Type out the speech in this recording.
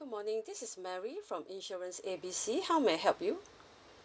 good morning this is mary from insurance A B C how may I help you